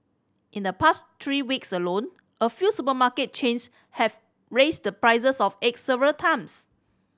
in the past three weeks alone a few supermarket chains have raised the prices of eggs several times